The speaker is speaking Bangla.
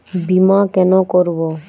বিমা কেন করব?